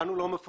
כאן אין הפרדה.